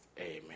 Amen